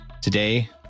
Today